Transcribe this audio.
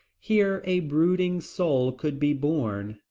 here a brooding soul could be born,